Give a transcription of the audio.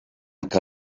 què